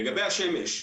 לגבי השמש,